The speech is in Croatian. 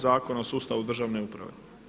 Zakona o sustavu državne uprave.